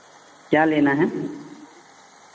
क्या लेना है